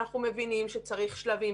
אנחנו מבינים שצריך שלבים.